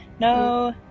No